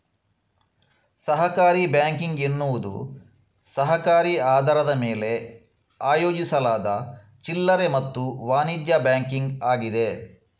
ಸಹಕಾರಿ ಬ್ಯಾಂಕಿಂಗ್ ಎನ್ನುವುದು ಸಹಕಾರಿ ಆಧಾರದ ಮೇಲೆ ಆಯೋಜಿಸಲಾದ ಚಿಲ್ಲರೆ ಮತ್ತು ವಾಣಿಜ್ಯ ಬ್ಯಾಂಕಿಂಗ್ ಆಗಿದೆ